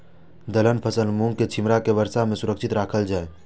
दलहन फसल मूँग के छिमरा के वर्षा में सुरक्षित राखल जाय?